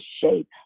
shape